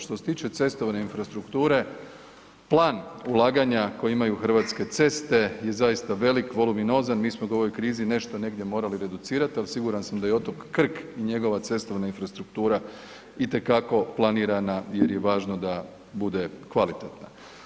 Što se tiče cestovne infrastrukture, plan ulaganja koji imaju Hrvatske ceste je zaista velik, voluminozan, mi smo ga u ovoj krizi nešto negdje morali reducirat, al siguran sam da je i otok Krk i njegova cestovna infrastruktura itekako planirana jer je važno da bude kvalitetna.